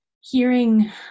hearing